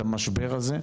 המשבר הזה,